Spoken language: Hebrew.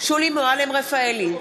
שולי מועלם-רפאלי,